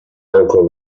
local